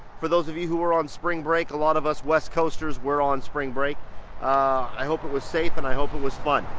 for those of you who were on spring break a lot of us west coasters were on spring break i hope it was safe and i hope it was fun.